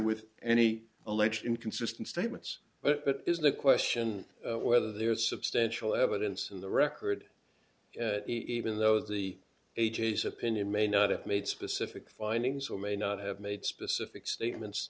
with any alleged inconsistent statements but it is the question of whether there is substantial evidence in the record even though the ages opinion may not have made specific findings or may not have made specific statements